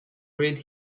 read